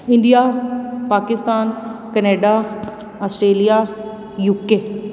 India Pakistan Canada Australia UK